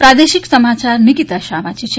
પ્રાદેશિક સમાયાર નિકિતા શાહ વાંચે છે